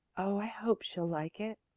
oh, i hope she'll like it!